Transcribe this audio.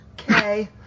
Okay